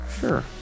sure